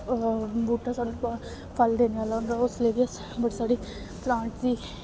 बूह्टा साढ़ा फल देने आह्ला होंदा उसलै बी अस साढ़ी प्लांट दी